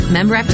Member